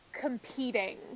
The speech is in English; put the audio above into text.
competing